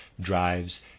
drives